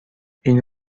این